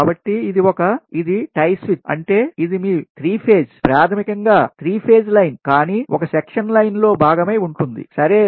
కాబట్టి ఇది ఒక ఇది టై స్విచ్ అంటే ఇది మీ 3పేజ్ ప్రాథమికం గా 3 పేజ్ లైన్ కానీ ఒక సెక్షన్ లైన్ లో భాగమై ఉంటుందిసరే